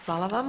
Hvala vam.